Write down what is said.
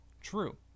true